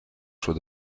choix